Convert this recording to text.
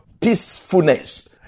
peacefulness